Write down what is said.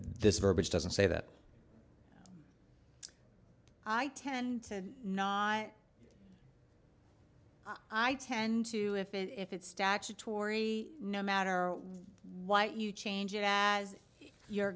this verbiage doesn't say that i tend to not i tend to if if it's statutory no matter what you change it as if you're